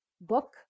book